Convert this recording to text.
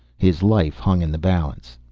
his life hung in the balance.